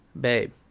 babe